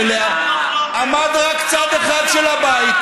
שאתם גוררים אותנו אליה עמד רק צד אחד של הבית,